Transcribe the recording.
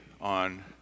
on